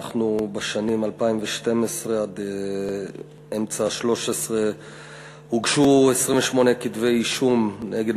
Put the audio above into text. ב-2012 ועד אמצע 2013 הוגשו כתבי-אישום נגד